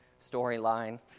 storyline